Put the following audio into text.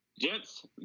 gents